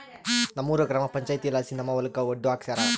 ನಮ್ಮೂರ ಗ್ರಾಮ ಪಂಚಾಯಿತಿಲಾಸಿ ನಮ್ಮ ಹೊಲಕ ಒಡ್ಡು ಹಾಕ್ಸ್ಯಾರ